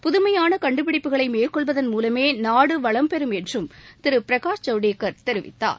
புதுமையான கண்டுபிடிப்புகளை மேற்கொள்வதன் மூலமே நாடு வளம்பெறும் என்றும் திரு பிரகாஷ் ஜவடேக்கர் தெரிவித்தார்